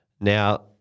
Now